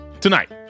Tonight